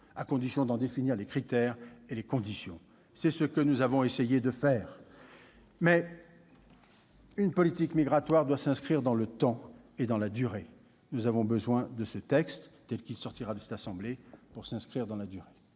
à condition d'en définir les critères et les conditions. C'est ce que nous avons essayé de faire. Très bien ! En outre, une politique migratoire doit s'inscrire dans le temps. Nous avons besoin de ce texte, tel qu'il sortira de la Haute Assemblée, pour l'inscrire dans la durée.